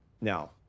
Now